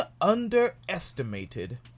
underestimated